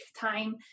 time